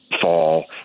fall